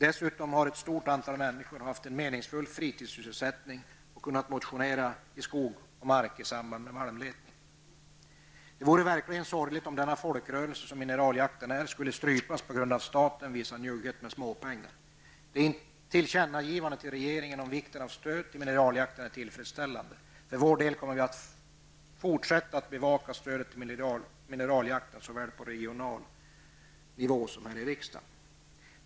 Dessutom har ett stort antal människor haft en meningsfull fritidssysselsättning och motionerat i skog och mark i samband med malmletning. Det vore verkligen sorgligt om denna folkrörelse som mineraljakten är skulle strypas på grund av att staten visade njugghet med småpengar. Det tillkännagivandet till regeringen om vikten av stöd till mineraljakten är tillfredsställande. För vår del kommer vi att fortsätta att bevaka stödet till mineraljakten såväl på regional nivå som här i riksdagen.